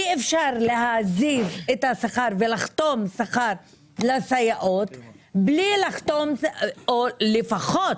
אי אפשר לעזוב את השכר ולחתום שכר לסייעות בלי לחתום או לפחות